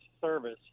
service